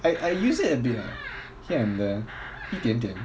I use it a bit lah here and there 一点点